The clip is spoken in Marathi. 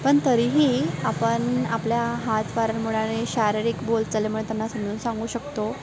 पण तरीही आपण आपल्या हातवाऱ्यांमुळे आणि शारीरिक बोलचालीमुळे त्यांना समजून सांगू शकतो